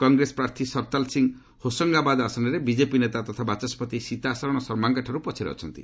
କଂଗ୍ରେସ ପ୍ରାର୍ଥୀ ସରତାଲ ସିଂହ ହୋସଙ୍ଗାବାଦ୍ ଆସନରେ ବିଜେପି ନେତା ତଥା ବାଚସ୍କତି ସୀତା ସରଣ ଶର୍ମାଙ୍କଠାରୁ ପଛରେ ଅଛନ୍ତି